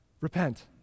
Repent